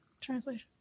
translation